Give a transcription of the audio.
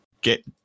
get